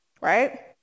right